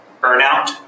burnout